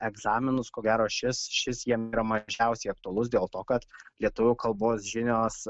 egzaminus ko gero šis šis jiem yra mažiausiai aktualus dėl to kad lietuvių kalbos žinios